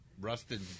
rusted